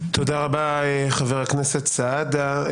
תודה רבה, חבר הכנסת סעדה.